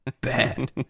bad